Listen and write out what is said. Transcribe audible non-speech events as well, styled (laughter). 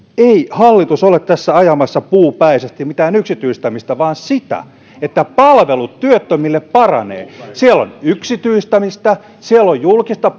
hallitus ole tässä ajamassa puupäisesti mitään yksityistämistä vaan sitä että palvelut työttömille paranevat siellä on yksityistämistä siellä on julkista (unintelligible)